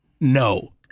No